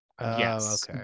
Yes